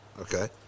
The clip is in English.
Okay